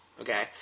okay